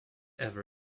ever